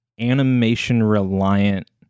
animation-reliant